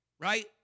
Right